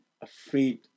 afraid